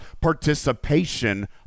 participation